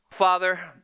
Father